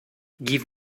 give